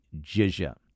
jizya